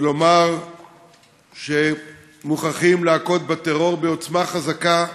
ולומר שמוכרחים להכות בטרור בעוצמה חזקה,